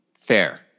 Fair